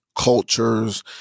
cultures